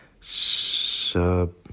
Sub